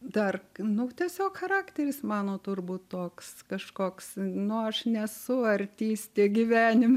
dar nu tiesiog charakteris mano turbūt toks kažkoks nu aš nesu artistė gyvenime